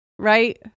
right